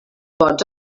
pots